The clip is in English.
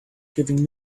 giving